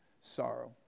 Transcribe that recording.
sorrow